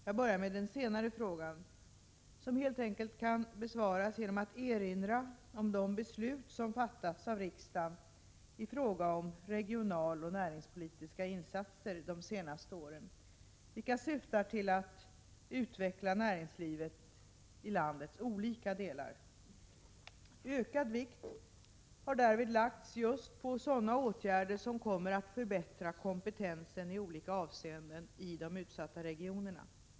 Jag börjar med den senare frågan, som helt enkelt kan besvaras genom att jag erinrar om de beslut som fattats av riksdagen i fråga om regionaloch näringspolitiska insatser de senaste åren, vilka alla syftar till att utveckla näringslivet i landets olika delar. Ökad vikt har därvid lagts på just sådana åtgärder som kommer att förbättra kompetensen i olika avseenden i de utsatta regionerna.